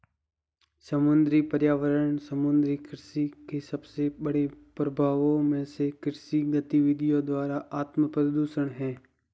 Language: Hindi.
समुद्री पर्यावरण समुद्री कृषि के सबसे बड़े प्रभावों में से कृषि गतिविधियों द्वारा आत्मप्रदूषण है